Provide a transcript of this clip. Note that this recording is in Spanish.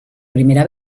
primera